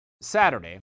Saturday